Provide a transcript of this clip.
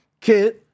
kid